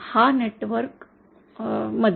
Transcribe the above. या नेटवर्क मध्ये